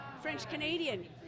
French-Canadian